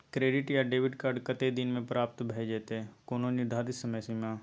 Credit या debit card कत्ते दिन म प्राप्त भ जेतै, कोनो निर्धारित समय सीमा?